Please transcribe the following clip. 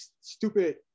stupid